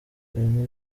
ibintu